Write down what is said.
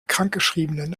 krankgeschriebenen